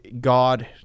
God